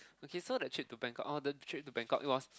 okay so the trip to Bangkok oh the trip to Bangkok it was